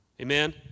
Amen